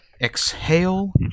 exhale